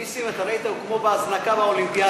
נסים, אתה ראית, הוא כמו בהזנקה באולימפיאדה.